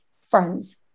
friends